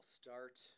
start